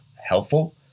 helpful